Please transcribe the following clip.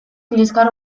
liskar